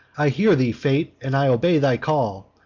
i hear thee, fate and i obey thy call!